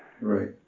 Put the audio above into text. Right